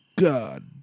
God